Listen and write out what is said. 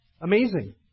Amazing